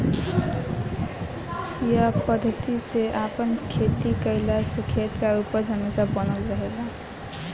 ए पद्धति से आपन खेती कईला से खेत के उपज हमेशा बनल रहेला